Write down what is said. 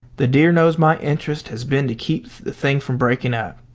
the dear knows my interest has been to keep the thing from breaking up.